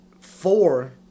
Four